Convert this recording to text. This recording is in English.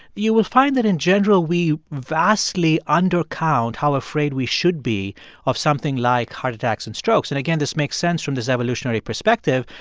you will find that, in general, we vastly undercount how afraid we should be of something like heart attacks and strokes. and again, this makes sense from this evolutionary perspective.